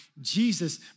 Jesus